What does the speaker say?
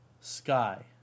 sky